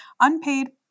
Unpaid